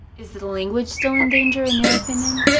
is the language still in danger, in your opinion,